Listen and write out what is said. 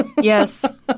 Yes